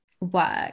work